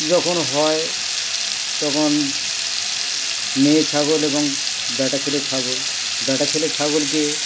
যখন হয় তখন মেয়ে ছাগল এবং বেটা ছেলে ছাগল বেটা ছেলে ছাগলকে